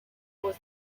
was